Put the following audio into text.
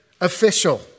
official